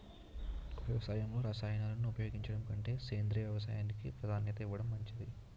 వ్యవసాయంలో రసాయనాలను ఉపయోగించడం కంటే సేంద్రియ వ్యవసాయానికి ప్రాధాన్యత ఇవ్వడం మంచిది